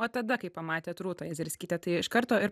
o tada kai pamatėt rūtą jezerskytę tai iš karto ir